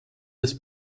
des